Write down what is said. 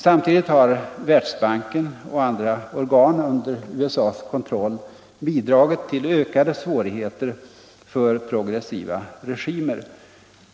Samtidigt har Världsbanken och andra organ under USA:s kontroll bidragit till ökade svårigheter för progressiva regimer.